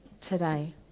today